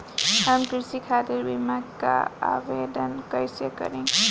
हम कृषि खातिर बीमा क आवेदन कइसे करि?